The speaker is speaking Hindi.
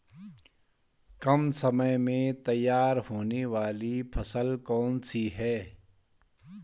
कम समय में तैयार होने वाली फसल कौन सी है?